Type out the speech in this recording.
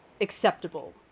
acceptable